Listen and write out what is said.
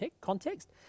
Context